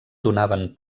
donaven